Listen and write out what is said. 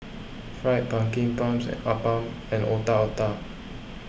Fried Pumpkin Prawns Appam and Otak Otak